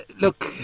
look